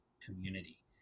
community